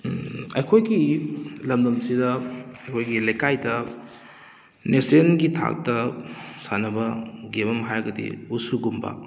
ꯑꯩꯈꯣꯏꯒꯤ ꯂꯝꯗꯝꯁꯤꯗ ꯑꯩꯈꯣꯏꯒꯤ ꯂꯩꯀꯥꯏꯗ ꯅꯦꯁꯅꯦꯜꯒꯤ ꯊꯥꯛꯇ ꯁꯥꯟꯅꯕ ꯒꯦꯝ ꯑꯃ ꯍꯥꯏꯔꯒꯗꯤ ꯋꯨꯁꯨꯒꯨꯝꯕ